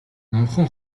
номхон